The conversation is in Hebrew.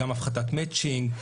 גם הפחתת מאצ'ינג,